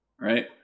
right